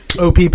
OPP